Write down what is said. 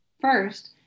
First